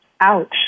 Ouch